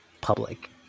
public